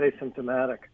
asymptomatic